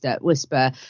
Whisper